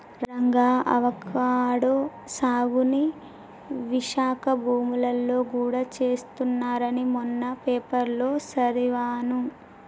Ranga avocado సాగుని విశాఖ భూములలో గూడా చేస్తున్నారని మొన్న పేపర్లో సదివాను